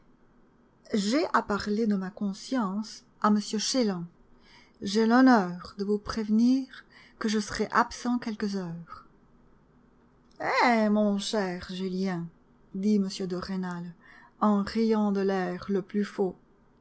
j'ai à parler de ma conscience à m chélan j'ai l'honneur de vous prévenir que je serai absent quelques heures eh mon cher julien dit m de rênal en riant de l'air le plus faux